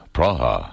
Praha